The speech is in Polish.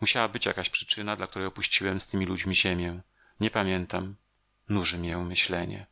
musiała być jakaś przyczyna dla której opuściłem z tymi ludźmi ziemię nie pamiętam nuży mię myślenie